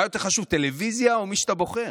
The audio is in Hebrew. מה יותר חשוב: טלוויזיה או מי שאתה בוחר?